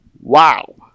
wow